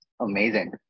amazing